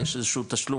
יש איזשהו תשלום,